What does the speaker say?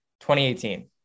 2018